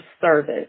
service